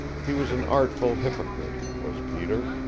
he was an artful hypocrite, was peter,